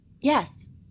yes